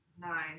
nine